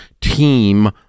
team